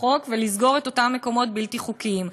החוק ולסגור את אותם מקומות בלתי חוקיים.